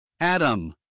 Adam